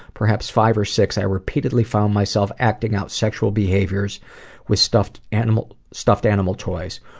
perhaps five or six, i repeatedly found myself acting out sexual behaviors with stuffed animal stuffed animal toys.